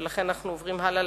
לכן אנחנו עוברים הלאה,